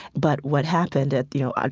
but what happened at, you know, ah